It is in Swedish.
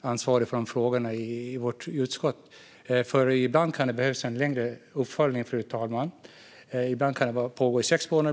ansvarig för de frågorna i vårt utskott. Ibland kan det nämligen behövas en längre uppföljning, fru talman. Ibland kan den pågå i sex månader.